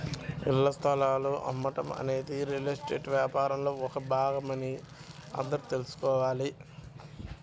ఇళ్ల స్థలాలు అమ్మటం అనేది రియల్ ఎస్టేట్ వ్యాపారంలో ఒక భాగమని అందరూ తెల్సుకోవాలి